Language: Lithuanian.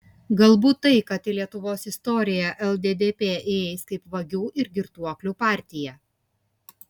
galbūt tai kad į lietuvos istoriją lddp įeis kaip vagių ir girtuoklių partija